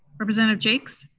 representative jaques?